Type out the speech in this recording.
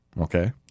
Okay